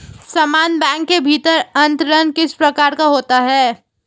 समान बैंक के भीतर अंतरण किस प्रकार का होता है?